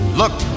look